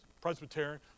Presbyterian